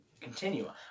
continue